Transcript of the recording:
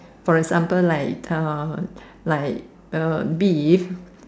for example like uh like uh beef